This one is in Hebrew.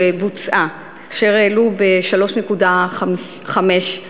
שהעלו ב-3.5%